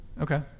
Okay